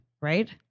right